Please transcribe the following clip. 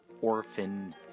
orphan